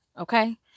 Okay